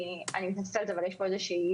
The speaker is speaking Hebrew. אני מתנצלת אבל יש פה איזו אי-הבנה.